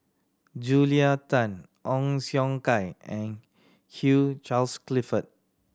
Julia Tan Ong Siong Kai and Hugh Charles Clifford